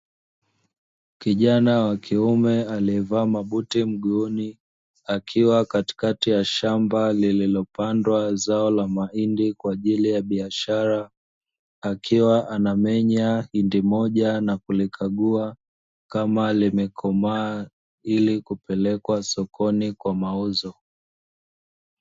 Kijana wa kiume aliyevaa mabuti miguuni, akiwa katikati ya shamba lililopandwa zao la mahindi kwa ajili ya biashara, akiwa anamenya hindi moja na kulikagua kama limekomaa ili kupelekwa sokoni kwa mauzo.